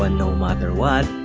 ah no matter what